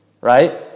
right